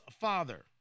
father